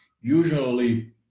usually